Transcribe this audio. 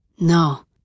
No